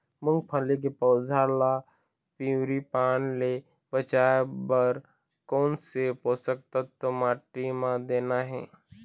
मुंगफली के पौधा ला पिवरी पान ले बचाए बर कोन से पोषक तत्व माटी म देना हे?